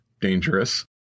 dangerous